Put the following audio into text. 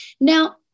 Now